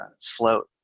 float